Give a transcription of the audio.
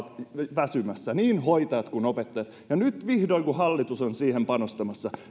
väsymässä niin hoitajat kuin opettajat ja nyt vihdoin kun hallitus on siihen panostamassa